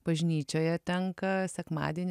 bažnyčioje tenka sekmadienį